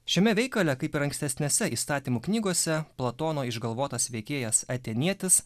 šiame veikale kaip ir ankstesnėse įstatymų knygose platono išgalvotas veikėjas atėnietis